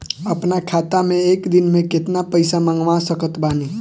अपना खाता मे एक दिन मे केतना पईसा मँगवा सकत बानी?